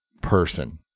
person